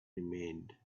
remained